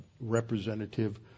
representative